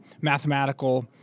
mathematical